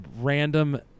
random